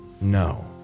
No